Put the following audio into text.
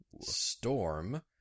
Storm